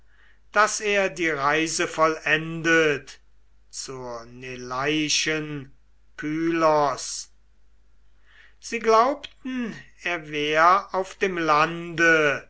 daß er die reise vollendet zur neleischen pylos sie glaubten er wär auf dem lande